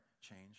Change